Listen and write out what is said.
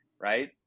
Right